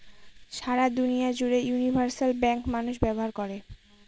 সারা দুনিয়া জুড়ে universal bank মানুষ ব্যবহার করে